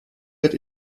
wird